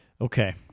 Okay